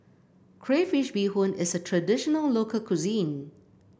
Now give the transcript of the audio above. Crayfish Beehoon is a traditional local cuisine